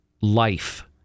life